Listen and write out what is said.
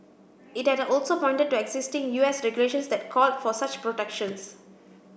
it had also pointed to existing U S regulations that call for such protections